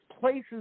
places